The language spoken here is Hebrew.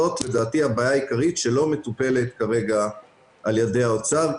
זאת לדעתי הבעיה העיקרית שלא מטופלת כרגע על ידי האוצר.